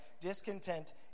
Discontent